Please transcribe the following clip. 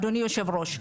אדוני היושב ראש,